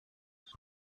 ich